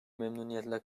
memnuniyetle